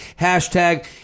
Hashtag